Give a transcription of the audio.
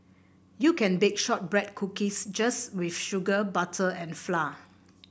you can bake shortbread cookies just with sugar butter and flour